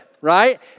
right